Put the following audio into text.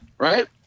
Right